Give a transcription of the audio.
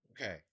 Okay